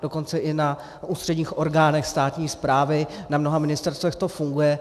Dokonce i na ústředních orgánech státní správy, na mnoha ministerstvech to funguje.